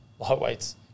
lightweights